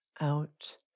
out